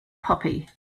puppy